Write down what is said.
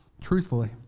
truthfully